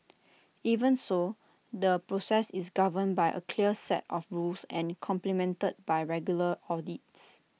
even so the process is governed by A clear set of rules and complemented by regular audits